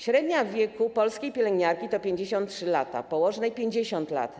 Średnia wieku polskiej pielęgniarki to 53 lata, położonej - 50 lat.